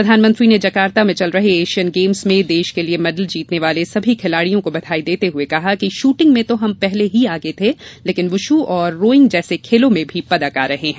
प्रधानमंत्री ने जकार्ता में चल रहे एशियन गेम्स में देश के लिये मैडल जीतने वाले सभी खिलाड़ियों को बधाई देते हुए कहा कि शूटिंग में तो हम पहले ही आगे थे लेकिन बुशू और रोइंग जैसे खेलों में भी पदक आ रहे है